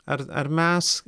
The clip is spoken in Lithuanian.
ar ar mes